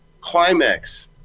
climax